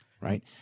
right